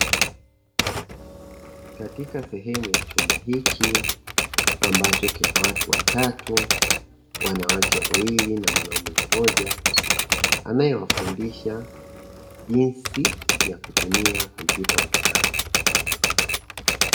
Katika sehemu ya chumba hiki ambacho kina watu watatu, wanawake wawili na mwanamume mmoja anayewafundisha jinsi ya kutumia kompyuta mpakato.